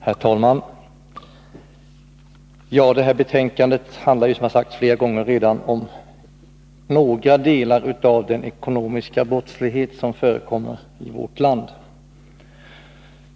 Herr talman! Som har sagts flera gånger redan handlar detta betänkande om några delar av den ekonomiska brottslighet som förekommer i vårt land.